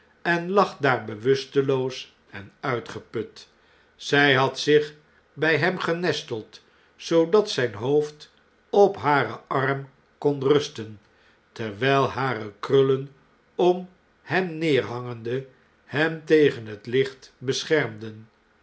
en lag daar bewusteloos en uitgeput zfl had zich bij hem genesteld zoodat zijn hoofd op haar arm kon rusten terwjjl hare krullen om hem neerhangende hem tegen het licht beschermden